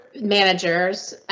managers